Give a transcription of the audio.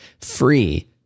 free